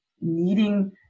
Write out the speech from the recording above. needing